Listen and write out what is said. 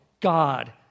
God